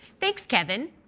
thanks, kevin.